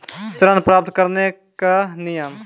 ऋण प्राप्त करने कख नियम?